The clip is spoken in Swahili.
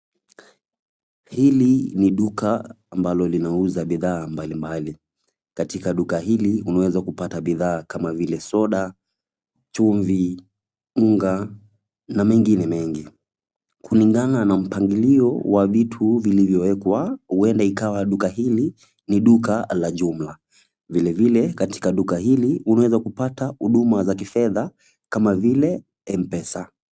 Hili ni duka ambalo linauza bidhaa mbalimbali. Katika duka hili unaweza kupata bidhaa kama vile soda, chumvi, unga na mengine mengi. Kulingana na mpangilio wa vitu vilivyowekwa huenda ikawa duka hili ni duka la jumla. Vilevile katika duka hili unaweza kupata huduma za kifedha kama vile M-pesa.